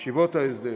ישיבות ההסדר,